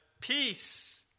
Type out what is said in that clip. peace